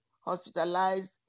hospitalized